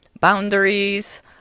boundaries